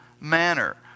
manner